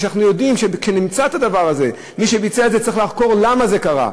כי אנחנו יודעים שכשנמצא את הדבר הזה מישהו יהיה צריך לחקור למה זה קרה,